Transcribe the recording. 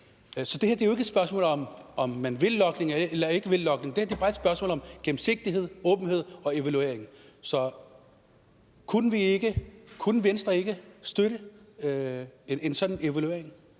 Så det her er jo ikke et spørgsmål om, om man vil logning eller ikke vil logning, det her er bare et spørgsmål om gennemsigtighed, åbenhed og evaluering. Så kunne Venstre ikke støtte en sådan evaluering?